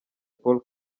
paul